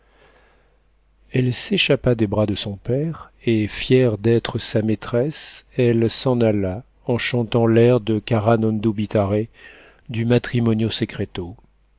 elle s'échappa des bras de son père et fière d'être sa maîtresse elle s'en alla en chantant l'air de cara non dubitare du matrimonio